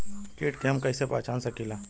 कीट के हम कईसे पहचान सकीला